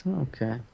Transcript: Okay